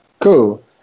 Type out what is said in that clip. Cool